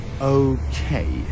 okay